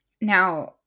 Now